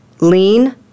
lean